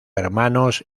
hermanos